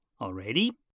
Already